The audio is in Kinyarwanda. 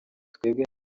twebwe